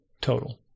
total